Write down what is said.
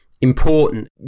important